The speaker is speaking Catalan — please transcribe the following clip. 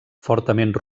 fortament